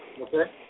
Okay